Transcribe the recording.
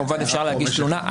כמובן אפשר להגיש תלונה.